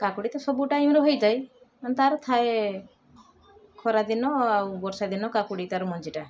କାକୁଡ଼ି ତ ସବୁ ଟାଇମ୍ରେ ହେଇଥାଏ ମାନେ ତା'ର ଥାଏ ଖରାଦିନ ଆଉ ବର୍ଷାଦିନ ତା'ର ମଞ୍ଜିଟା